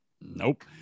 Nope